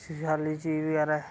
sociology बगैरा